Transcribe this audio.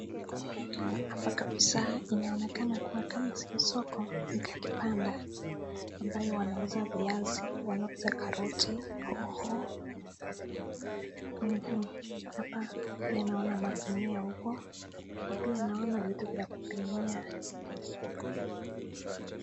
Hapa kabisa inaonekana kuwa kama sio soko ni ka kibanda ambayo wanauza viazi, wanauza karoti, hoho. Hapa pia naona magunia huko, na pia naona vitu vya kupimia.